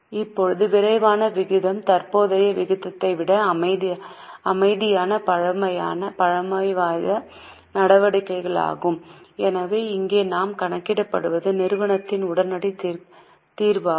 இப்போது விரைவான விகிதம் தற்போதைய விகிதத்தை விட அமைதியான பழமைவாத நடவடிக்கையாகும் எனவே இங்கே நாம் கணக்கிடுவது நிறுவனத்தின் உடனடி தீர்வாகும்